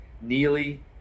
neely